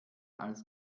als